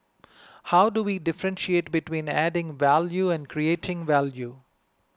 how do we differentiate between adding value and creating value